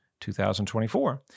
2024